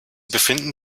befinden